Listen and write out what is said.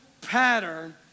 pattern